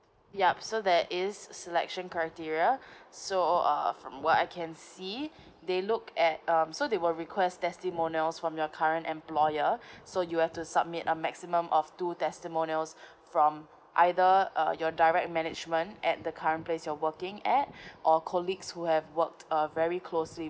yup so there is selection criteria so uh from what I can see they look at um so they will request testimonials from your current employer so you have to submit a maximum of two testimonials from either uh your direct management at the current place you're working at or colleagues who have worked uh very closely